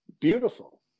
beautiful